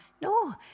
No